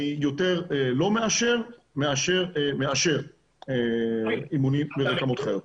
אני יותר לא מאשר ממאשר אימונים מרקמות חיות.